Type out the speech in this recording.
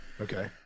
Okay